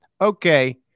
Okay